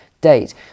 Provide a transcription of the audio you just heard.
date